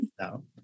No